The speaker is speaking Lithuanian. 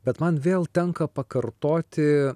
bet man vėl tenka pakartoti